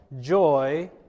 joy